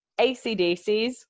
ACDCs